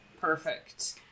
Perfect